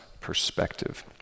perspective